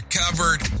covered